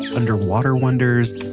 underwater wonders,